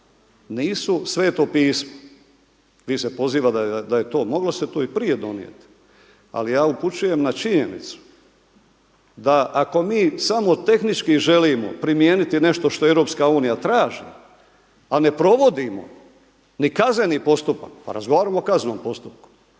nisu sveto pismo. Vi se pozivate da se moglo se to, moglo se to i prije donijeti ali ja upućujem na činjenicu da ako mi samo tehnički želimo primijeniti nešto što EU traži, a ne provodimo ni kazneni postupak pa razgovarajmo o kaznenom postupku.